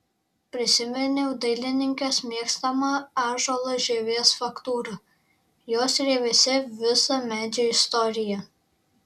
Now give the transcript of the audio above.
prisiminiau dailininkės mėgstamą ąžuolo žievės faktūrą jos rievėse visa medžio istorija